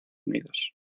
unidos